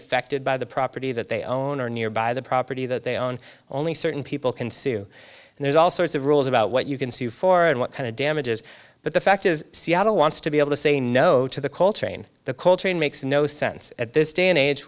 affected by the property that they own or nearby the property that they own only certain people can sue and there's all sorts of rules about what you can sue for and what kind of damages but the fact is seattle wants to be able to say no to the coltrane the coltrane makes no sense at this day and age